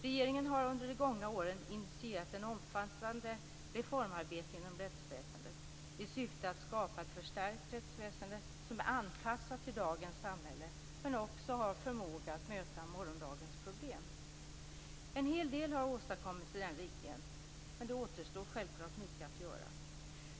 Regeringen har under de gångna åren initierat ett omfattande reformarbete inom rättsväsendet, i syfte att skapa ett förstärkt rättsväsende som är anpassat till dagens samhälle, men som också har förmåga att möta morgondagens problem. En hel del har åstadkommits i den riktningen, men det återstår självklart mycket att göra.